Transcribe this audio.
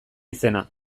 izena